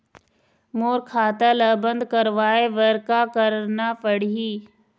मोर खाता ला बंद करवाए बर का करना पड़ही?